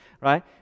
right